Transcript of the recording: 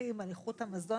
שמפקחים על איכות המזון